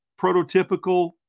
prototypical